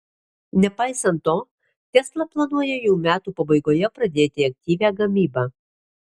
nepaisant to tesla planuoja jau metų pabaigoje pradėti aktyvią gamybą